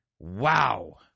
Wow